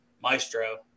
maestro